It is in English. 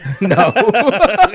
No